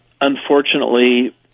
unfortunately